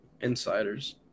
Insiders